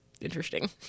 interesting